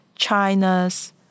China's